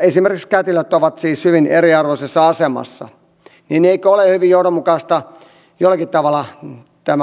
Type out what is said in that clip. esimerkiksi kätilöt ovat hyvin eriarvoisessa asemassa niin eikö ole hyvin johdonmukaista jollakin tavalla tämä asia korjata